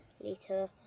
Later